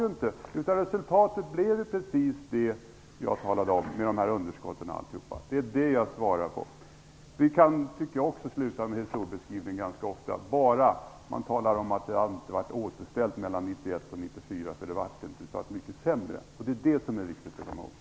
Det var det inte. Resultatet blev just det jag talade om, stora underskott m.m. Det var detta jag svarade på. Jag tycker också ganska ofta att vi kunde sluta med historieskrivning, så länge man talar om att landet inte var återställt mellan 1991 och 1994. Det blev mycket sämre, och det är viktigt att komma ihåg.